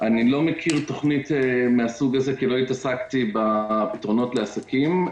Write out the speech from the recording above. אני לא מכיר תוכנית מן הסוג הזה כי לא התעסקתי בפתרונות לעסקים.